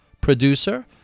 producer